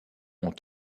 ont